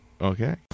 Okay